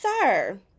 sir